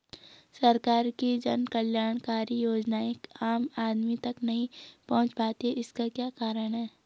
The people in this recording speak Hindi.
सरकार की जन कल्याणकारी योजनाएँ आम आदमी तक नहीं पहुंच पाती हैं इसका क्या कारण है?